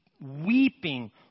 weeping